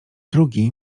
drugi